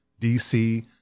DC